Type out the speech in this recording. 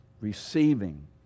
receiving